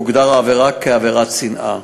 תוגדר העבירה כעבירת שנאה.